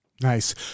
Nice